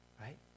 Right